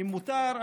אם מותר,